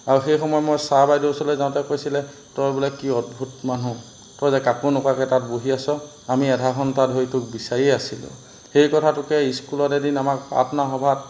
আৰু সেই সময়ত মই ছাৰ বাইদেউ ওচৰলৈ যাওঁতে কৈছিলে তই বোলে কি অদ্ভুদ মানুহ তই যে কাকো নোকোৱাকৈ তাত বহি আছ আমি আধা ঘণ্টা ধৰি তোক বিচাৰিয়ে আছিলোঁ সেই কথাটোকে স্কুলত এদিন আমাক প্ৰাৰ্থনা সভাত